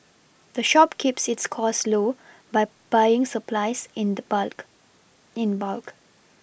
the shop keeps its cost low by buying supplies in the bulk in bulk